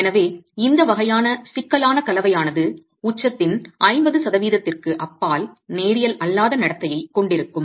எனவே இந்த வகையான சிக்கலான கலவையானது உச்சத்தின் 50 சதவீதத்திற்கு அப்பால் நேரியல் அல்லாத நடத்தையைக் கொண்டிருக்கும்